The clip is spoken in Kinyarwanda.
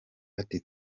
ati